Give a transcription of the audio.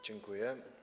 Dziękuję.